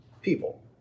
people